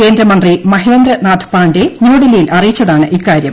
കേന്ദ്രമന്ത്രി മഹേന്ദ്രനാഥ് പാണ്ഡേ ന്യൂഡൽഹിയിൽഅറിയിച്ചതാണ്ഇക്കാര്യം